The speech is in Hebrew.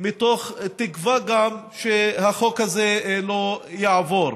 מתוך תקווה שהחוק הזה לא יעבור.